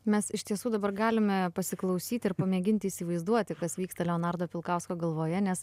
mes iš tiesų dabar galime pasiklausyti ir pamėginti įsivaizduoti kas vyksta leonardo pilkausko galvoje nes